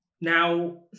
Now